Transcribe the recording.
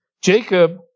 Jacob